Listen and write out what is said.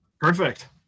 perfect